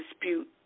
dispute